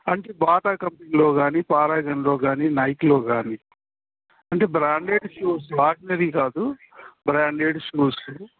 అంటే బాటా కంపెనీలో గాని పారాగన్లో కాని నైక్లో కాని అంటే బ్రాండెడ్ షూస్ ఆర్డనరీ కాదు బ్రాండెడ్ షూస్